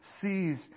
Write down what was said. sees